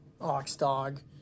Oxdog